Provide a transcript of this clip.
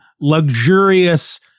luxurious